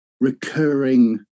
recurring